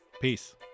Peace